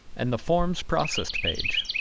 and the forms processed page.